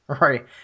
Right